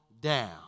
down